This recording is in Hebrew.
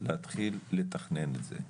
להתחיל לתכנן את זה.